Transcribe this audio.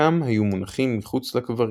חלקם היו מונחים מחוץ לקברים.